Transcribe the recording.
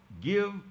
give